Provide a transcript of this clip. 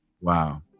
wow